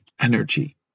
energy